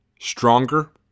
stronger